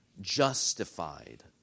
justified